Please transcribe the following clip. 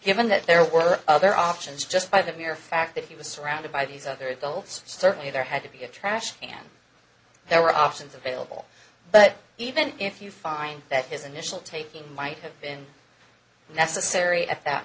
given that there were other options just by the mere fact that he was surrounded by these other adults certainly there had to be a trash can there were options available but even if you find that his initial taking might have been necessary at that